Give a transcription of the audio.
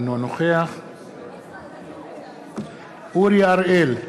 אינו נוכח אורי אריאל,